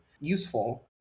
useful